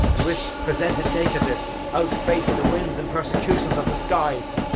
and with presented nakedness outface the winds and persecutions of the sky.